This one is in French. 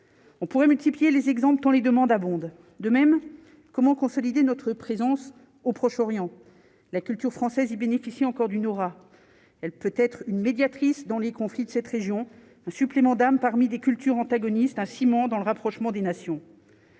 on pourrait multiplier les exemples dont les demandes abondent de même comment consolider notre présence au Proche-Orient, la culture française, il bénéficie encore d'une aura, elle, peut-être une médiatrice dans les conflits de cette région un supplément d'âme parmi des cultures antagonistes à Simon dans le rapprochement des nations.